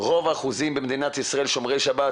רוב האחוזים במדינת ישראל שומרי שבת